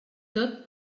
tot